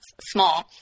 small